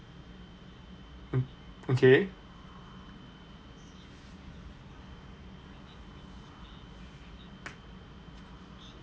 okay